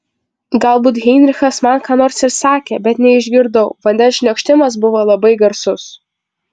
galbūt heinrichas man ką nors ir sakė bet neišgirdau vandens šniokštimas buvo labai garsus